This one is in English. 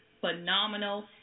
phenomenal